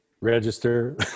Register